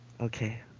Okay